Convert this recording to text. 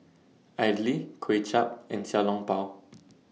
Idly Kway Chap and Xiao Long Bao